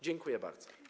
Dziękuję bardzo.